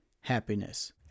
happiness